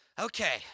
Okay